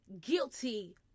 guilty